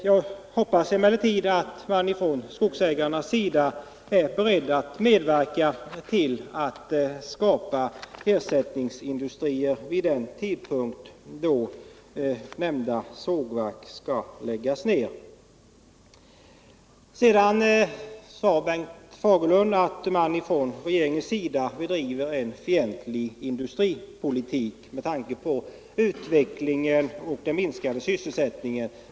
Jag hoppas emellertid att Skogsägarna är beredda att medverka till att skapa ersättningsindustrier vid den tidpunkt då nämnda sågverk skall läggas ned. Bengt Fagerlund sade att regeringen bedriver en fientlig industripolitik med tanke på utvecklingen och den minskade sysselsättningen.